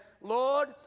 Lord